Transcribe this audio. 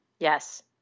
Yes